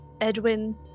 Edwin